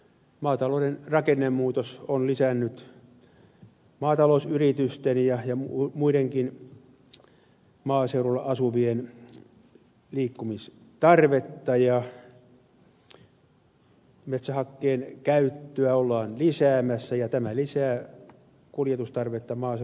maatalouden rakennemuutos on lisännyt maatalousyritysten ja muidenkin maaseudulla asuvien liikkumistarvetta ja metsähakkeen käyttöä ollaan lisäämässä ja tämä lisää kuljetustarvetta maaseudulla oleellisesti